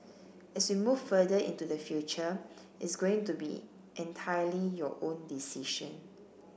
as we move further into the future it's going to be entirely your own decision